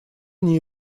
они